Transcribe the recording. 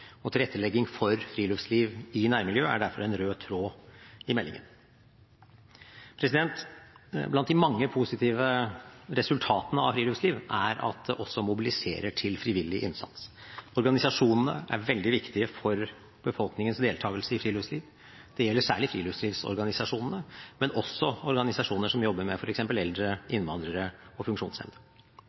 Tilrettelegging for friluftsliv i nærmiljøet er derfor en rød tråd i meldingen. Blant de mange positive resultatene av friluftsliv er at det også mobiliserer til frivillig innsats. Organisasjonene er veldig viktige for befolkningens deltakelse i friluftsliv. Det gjelder særlig friluftslivsorganisasjonene, men også organisasjoner som jobber med f.eks. eldre, innvandrere og funksjonshemmede.